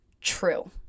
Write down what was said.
true